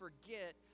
forget